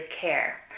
care